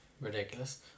Ridiculous